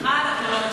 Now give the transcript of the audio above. ממך אנחנו לא מצפים.